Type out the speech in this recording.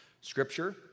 Scripture